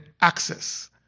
access